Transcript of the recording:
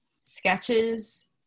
sketches